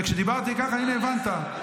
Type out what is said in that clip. -- וכשדיברתי ככה, הינה, הבנת.